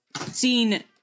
Seen